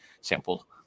sample